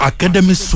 Academy